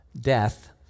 death